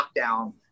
lockdown